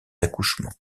accouchements